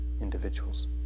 individuals